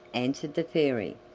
answered the fairy,